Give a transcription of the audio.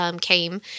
came